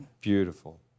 Beautiful